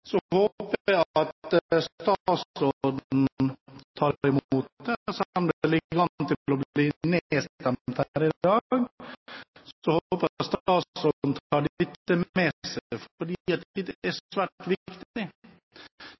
håper jeg at statsråden tar imot det. Selv om det ligger an til å bli nedstemt her i dag, håper jeg statsråden tar dette med seg, fordi det er svært viktig for å vise kursen, hvor vi skal gå framover. Det er